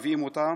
אם מביאים אותה.